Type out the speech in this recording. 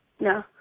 No